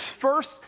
first